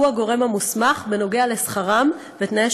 הוא הגורם המוסמך בנוגע לשכרם ותנאי